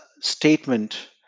statement